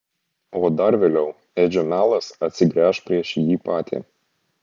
o dar vėliau edžio melas atsigręš prieš jį patį